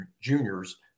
juniors